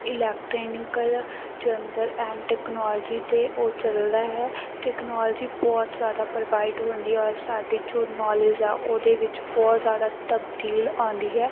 electronic ਯੰਤਰ and technology 'ਤੇ ਉਹ ਚੱਲਦਾ ਹੈ ਟੈਕਨੋਲਜੀ ਬਹੁਤ ਜ਼ਿਆਦਾ ਪ੍ਰੋਵਾਈਡ ਹੁੰਦੀ ਹੈ ਔਰ ਸਾਡੀ ਜੋ ਨੌਲੇਜ ਆ ਉਹਦੇ ਵਿੱਚ ਬਹੁਤ ਜ਼ਿਆਦਾ ਤਬਦੀਲ ਆਉਂਦੀ ਹੈ